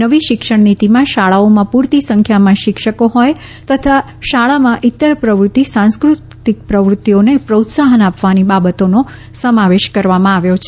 નવી શિક્ષણનિતીમાં શાળાઓમાં પૂરતી સંખ્યામાં શિક્ષકો હોવા તથા શાળામાં ઇત્તર પ્રવૃતિ સાંસ્કૃતિક પ્રવૃતિઓને પ્રોત્સાહન આપવાની બાબતેનો સમાવેશ કરવામાં આવ્યો છે